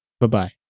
Bye-bye